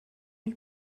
lui